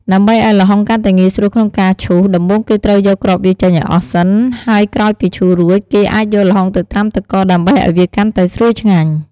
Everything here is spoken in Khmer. ដើម្បីឱ្យល្ហុងកាន់តែងាយស្រួលក្នុងការឈូស ដំបូងគេត្រូវយកគ្រាប់វាចេញឱ្យអស់សិន ហើយក្រោយពីឈូសរួច គេអាចយកល្ហុងទៅត្រាំទឹកកកដើម្បីឱ្យវាកាន់តែស្រួយឆ្ងាញ់។